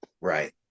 right